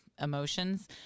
emotions